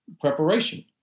Preparation